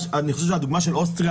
אני חושב שהדוגמה של אוסטריה,